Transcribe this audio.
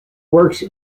works